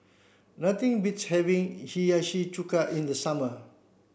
nothing beats having Hiyashi Chuka in the summer